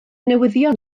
newyddion